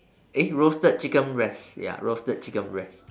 eh roasted chicken breast ya roasted chicken breast